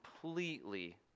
completely